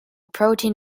protein